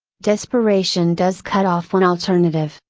desperation does cut off one alternative.